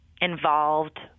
involved